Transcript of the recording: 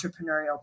entrepreneurial